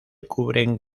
cubren